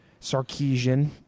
Sarkeesian